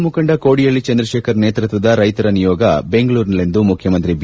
ರೈತ ಮುಖಂಡ ಕೋಡಿಹಳ್ಳಿ ಚಂದ್ರಶೇಖರ್ ನೇತೃತ್ವದ ರೈತರ ನಿಯೋಗ ಬೆಂಗಳೂರಿನಲ್ಲಿಂದು ಮುಖ್ಯಮಂತ್ರಿ ಬಿ